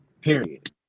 period